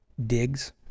Digs